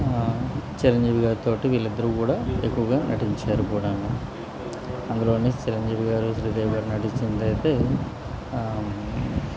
చిరంజివి గారితోటి వీళ్ళిద్దరూ కూడా ఎక్కువగా నటించారు కూడాను అందులోనే చిరంజివి గారు శ్రీదేవి గారు నడిచింది అయితే